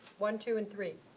one, two and three.